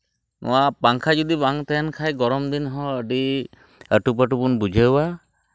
ᱱᱚᱣᱟ ᱯᱟᱝᱠᱷᱟ ᱡᱩᱫᱤ ᱵᱟᱝ ᱛᱟᱦᱮᱱ ᱠᱷᱟᱡ ᱜᱚᱨᱚᱢ ᱫᱤᱱ ᱦᱚᱸ ᱟᱹᱰᱤ ᱟᱹᱴᱩᱯᱟᱹᱴᱩ ᱵᱚᱱ ᱵᱩᱡᱷᱟᱹᱣᱟ